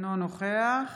אינו נוכח